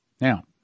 Now